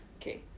Okay